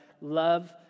love